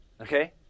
okay